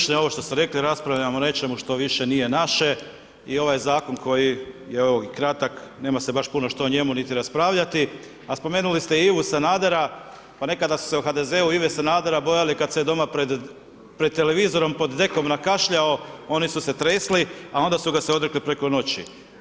Evo ključno je ovo što ste rekli, raspravljamo o nečemu što više nije naše, i ovaj Zakon koji je, evo i kratak, nema se baš puno što o njemu niti raspravljati, a spomenuli ste i Ivu Sanadera, pa nekada su se u HDZ-u Ive Sanadera bojali kad se doma pred, pred televizorom pod dekom nakašljao, oni su se tresli, a onda su ga se odrekli preko noći.